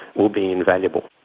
will be invaluable.